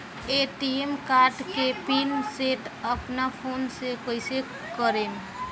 ATM card के pin set अपना phone से कइसे करेम?